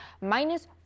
minus